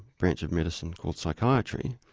branch of medicine called psychiatry,